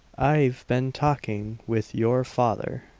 i've been talking with your father,